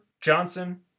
Johnson